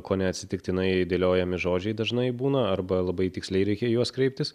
kone atsitiktinai dėliojami žodžiai dažnai būna arba labai tiksliai reikia į juos kreiptis